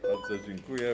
Bardzo dziękuję.